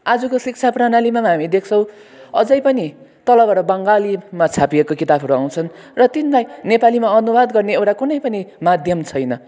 आजको शिक्षा प्रणालीमा हामी देख्छौँ अझै पनि तलबाट बङ्गालीमा छापिएको किताबहरू आउछन् र तिनलाई नेपालीमा अनुवाद गर्ने एउटा कुनै पनि माध्यम छैन